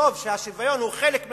לכתוב שהשוויון הוא חלק מהחוק,